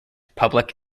public